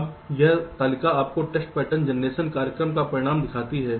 अब यह तालिका आपको टेस्ट पैटर्न जनरेशन कार्यक्रम का परिणाम दिखाती है